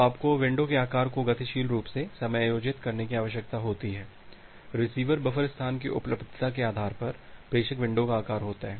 तो आपको विंडो के आकार को गतिशील रूप से समायोजित करने की आवश्यकता होती है रिसीवर बफर स्थान की उपलब्धता के आधार पर प्रेषक विंडो का आकार होता है